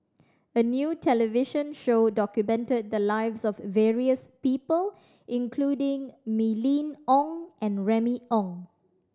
a new television show documented the lives of various people including Mylene Ong and Remy Ong